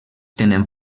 tenen